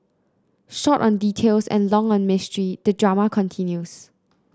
short on details and long on mystery the drama continues